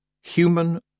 Human